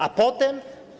A potem.